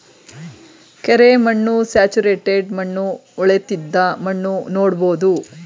ಕೆರೆ ಮಣ್ಣು, ಸ್ಯಾಚುರೇಟೆಡ್ ಮಣ್ಣು, ಹೊಳೆತ್ತಿದ ಮಣ್ಣು ನೋಡ್ಬೋದು